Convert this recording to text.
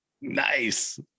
Nice